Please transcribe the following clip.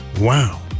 Wow